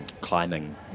climbing